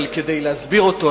אבל כדי להסביר אותו,